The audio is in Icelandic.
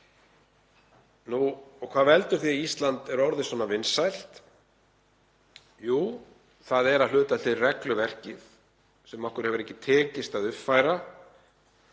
koma. Hvað veldur því að Ísland er orðið svona vinsælt? Jú, það er að hluta til regluverkið sem okkur hefur ekki tekist að uppfæra.